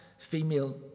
female